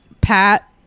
Pat